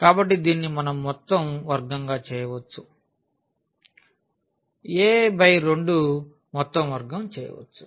కాబట్టి దీనిని మనం మొత్తం వర్గంగా చేయవచ్చు a 2 మొత్తం వర్గం చేయవచ్చు